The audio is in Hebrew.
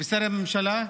ושרי ממשלה,